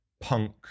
punk